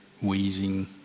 wheezing